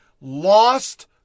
lost